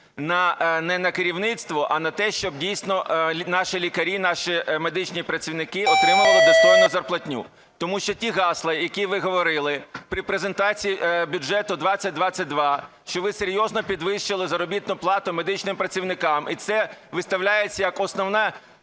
не на керівництво, а на те, щоб, дійсно, наші лікарі, наші медичні працівники отримували достойну зарплатню. Тому що ті гасла, які ви говорили при презентації бюджету-2022, що ви серйозно підвищили заробітну плату медичним працівникам і це виставляється як основний